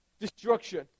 destruction